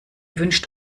wünscht